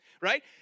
right